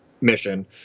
mission